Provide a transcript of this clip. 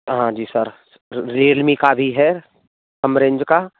हाॅं जी sir Realme का भी है कम रेंज का